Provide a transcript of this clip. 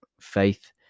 faith